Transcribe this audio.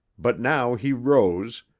but now he rose,